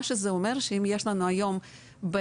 מה שזה אומר זה שיש לנו היום בתקציב